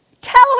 Tell